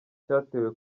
cyatewe